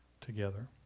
together